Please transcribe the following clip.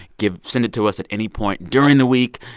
give send it to us at any point during the week.